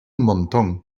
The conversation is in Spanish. montón